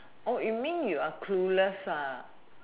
oh you mean you're clueless ah